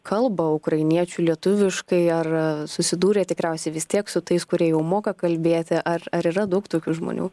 kalba ukrainiečių lietuviškai ar susidūrėt tikriausiai vis tiek su tais kurie jau moka kalbėti ar ar yra daug tokių žmonių